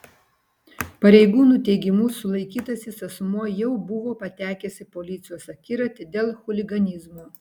pareigūnų teigimu sulaikytasis asmuo jau buvo patekęs į policijos akiratį dėl chuliganizmo